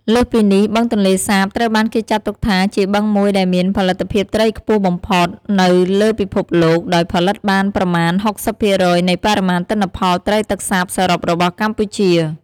លើសពីនេះ បឹងទន្លេសាបត្រូវបានគេចាត់ទុកថាជាបឹងមួយដែលមានផលិតភាពត្រីខ្ពស់បំផុតនៅលើពិភពលោក ដោយផលិតបានប្រមាណ ៦០% នៃបរិមាណទិន្នផលត្រីទឹកសាបសរុបរបស់កម្ពុជា។